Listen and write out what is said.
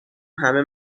همه